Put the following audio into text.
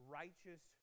righteous